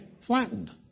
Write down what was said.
flattened